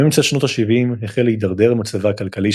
מאמצע שנות ה-70 החל להידרדר מצבה הכלכלי